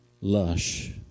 lush